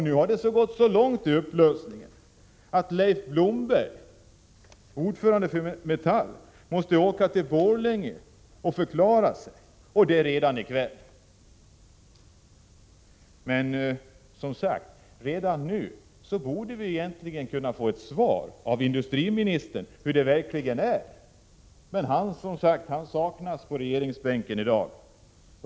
Nu har det gått så långt i upplösningen att Leif Blomberg, ordförande för Metall, måste åka till Borlänge och förklara sig, och det redan i kväll. Vi borde redan nu kunna få ett svar av industriministern om hur det verkligen förhåller sig. Men han saknas på regeringsbänken i dag.